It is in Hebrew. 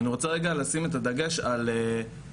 אני רוצה רגע לשים את הדגש על ארבע